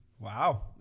Wow